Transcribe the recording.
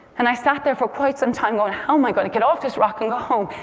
and i sat there for quite some time going, how am i going to get off this rock and go home?